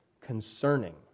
concerning